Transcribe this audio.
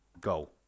goal